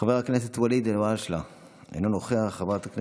חבר הכנסת ואליד אלהואשלה, אינו נוכח,